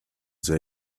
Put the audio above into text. they